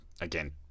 again